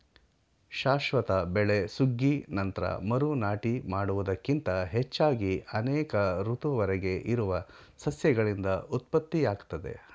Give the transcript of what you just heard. ಶಾಶ್ವತ ಬೆಳೆ ಸುಗ್ಗಿ ನಂತ್ರ ಮರು ನಾಟಿ ಮಾಡುವುದಕ್ಕಿಂತ ಹೆಚ್ಚಾಗಿ ಅನೇಕ ಋತುವರೆಗೆ ಇರುವ ಸಸ್ಯಗಳಿಂದ ಉತ್ಪತ್ತಿಯಾಗ್ತದೆ